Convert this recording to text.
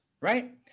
right